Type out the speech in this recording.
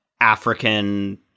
African